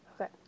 Okay